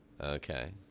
Okay